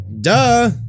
Duh